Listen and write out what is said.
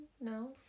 No